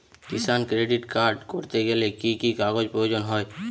কিষান credit card করতে গেলে কি কি কাগজ প্রয়োজন হয়?